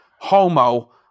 Homo